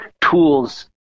tools